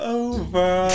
over